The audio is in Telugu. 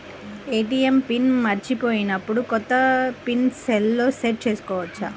ఏ.టీ.ఎం పిన్ మరచిపోయినప్పుడు, కొత్త పిన్ సెల్లో సెట్ చేసుకోవచ్చా?